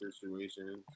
situations